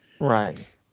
Right